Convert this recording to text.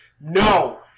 No